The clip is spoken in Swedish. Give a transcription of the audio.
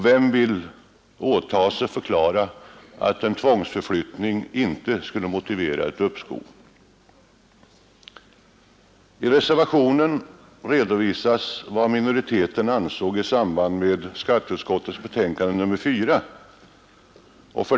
Vem vill åta sig att förklara att en tvångsförflyttning inte skulle motivera ett uppskov? I reservationen redovisas vad minoriteten ansåg i samband med skatteutskottets betänkande nr 64.